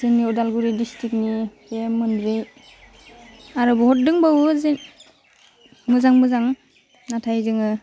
जोंनि उदालगुरि डिस्टिक्टनि बे मोनब्रै आरो बुहुत दंबावो जे मोजां मोजां नाथाय जोङो